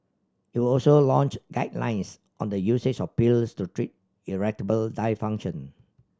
it will also launch guidelines on the usage of pills to treat erectile dysfunction